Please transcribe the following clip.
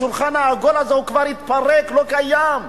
השולחן העגול הזה כבר התפרק, לא קיים,